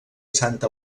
santa